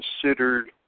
considered